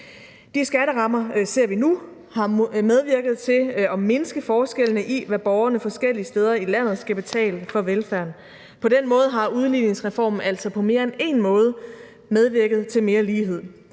De skatterammer ser vi nu har medvirket til at mindske forskellene i, hvad borgerne forskellige steder i landet skal betale for velfærden. På den måde har udligningsreformen altså på mere end en måde medvirket til mere lighed.